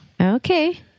Okay